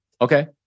Okay